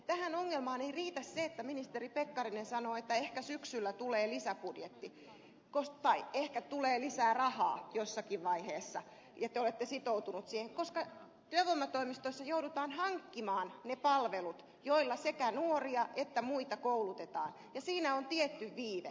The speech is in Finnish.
tähän ongelmaan ei riitä se että ministeri pekkarinen sanoo että ehkä syksyllä tulee lisäbudjetti tai ehkä tulee lisää rahaa jossakin vaiheessa ja te olette sitoutuneet siihen koska työvoimatoimistoissa joudutaan hankkimaan ne palvelut joilla sekä nuoria että muita koulutetaan ja siinä on tietty viive